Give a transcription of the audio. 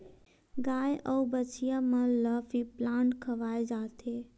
गाय अउ बछिया मन ल फीप्लांट खवाए जाथे